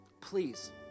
Please